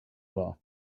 war